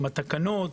עם התקנות,